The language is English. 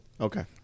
Okay